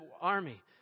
army